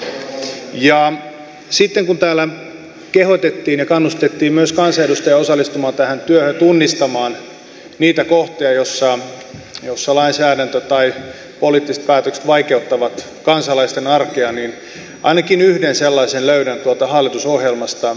ja sitten kun täällä kehotettiin ja kannustettiin myös kansanedustajia osallistumaan tähän työhön ja tunnistamaan niitä kohtia joissa lainsäädäntö tai poliittiset päätökset vaikeuttavat kansalaisten arkea niin ainakin yhden sellaisen löydän tuolta hallitusohjelmasta